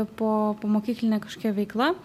po pomokyklinė kažkokia veikla